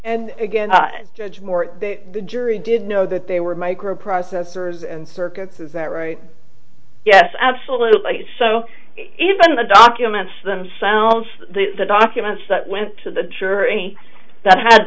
and again judge moore the jury did know that they were microprocessors and circuits is that right yes absolutely so even the documents them sound the documents that went to the juror any that had